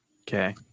okay